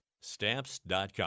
Stamps.com